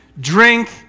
drink